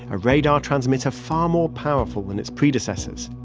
a radar transmitter far more powerful than its predecessors.